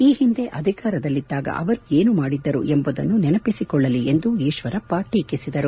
ಈ ಹಿಂದೆ ಅಧಿಕಾರದಲ್ಲಿದ್ದಾಗ ಅವರು ಏನು ಮಾಡಿದ್ದರು ಎಂಬುದನ್ನು ನೆನಪಿಸಿಕೊಳ್ಳಲಿ ಎಂದು ಈಶ್ವರಪ್ಪ ತಿಳಿಸಿದರು